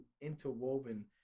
interwoven